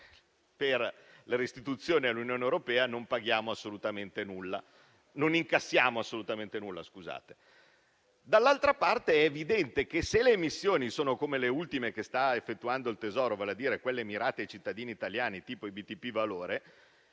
per la restituzione all'Unione europea non incassiamo assolutamente nulla. Dall'altra parte, è evidente che, se le emissioni sono come le ultime che sta effettuando il Tesoro, vale a dire quelle mirate ai cittadini italiani (come i BTP Valore),